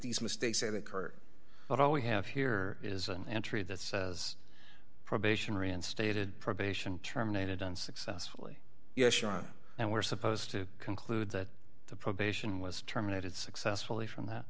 these mistakes that occurred but all we have here is an entry that says probation reinstated probation terminated unsuccessfully yes and we're supposed to conclude that the probation was terminated successfully from that